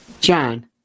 John